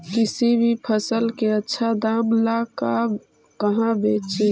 किसी भी फसल के आछा दाम ला कहा बेची?